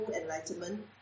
enlightenment